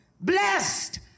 Blessed